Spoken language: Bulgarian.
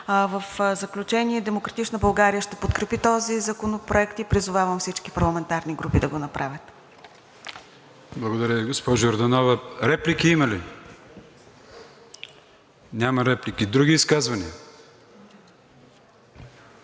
В заключение, „Демократична България“ ще подкрепи този законопроект и призовавам всички парламентарни групи да го направят. ПРЕДСЕДАТЕЛ АТАНАС АТАНАСОВ: Благодаря Ви, госпожо Йорданова. Реплики има ли? Няма реплики. Други изказвания?